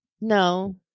No